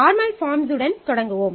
normal forms உடன் தொடங்குவோம்